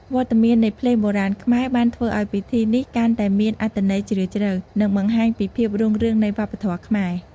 វត្តមាននៃភ្លេងបុរាណខ្មែរបានធ្វើឲ្យពិធីនេះកាន់តែមានអត្ថន័យជ្រាលជ្រៅ និងបង្ហាញពីភាពរុងរឿងនៃវប្បធម៌ខ្មែរ។